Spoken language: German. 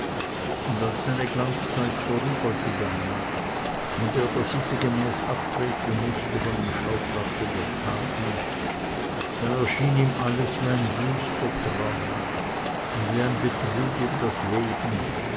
und als seine glanzzeit vorübergegangen und er der sitte gemäß abtreten mußte von dem schauplatze der taten da erschien ihm alles wie ein wüster traum und wie ein betrug um das leben